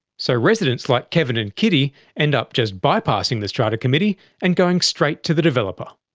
so residents like kevin and kitty end up just bypassing the strata committee and going straight to the developer.